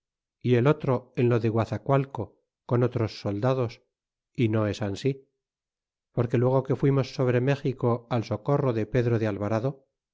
y el otro en lo de guazacualco con otros soldados y no es ansi porque luego que fuimos sobre méxico al socorro de pedro de alvarado